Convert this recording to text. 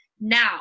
Now